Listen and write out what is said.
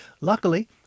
Luckily